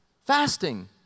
fasting